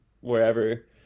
wherever